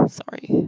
sorry